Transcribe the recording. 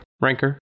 Ranker